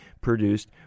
produced